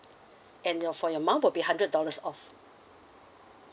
and your for your mum will be hundred dollars off